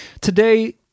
Today